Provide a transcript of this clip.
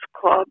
club